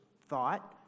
thought